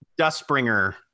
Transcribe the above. Dustbringer